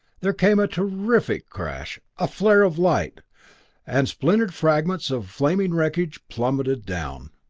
there came a terrific crash a flare of light and splintered fragments of flaming wreckage plummeted down.